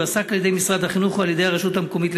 יועסק על-ידי משרד החינוך או על-ידי הרשות המקומית,